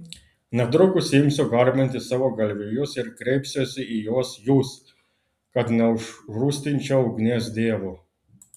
netrukus imsiu garbinti savo galvijus ir kreipsiuosi į juos jūs kad neužrūstinčiau ugnies dievo